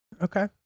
Okay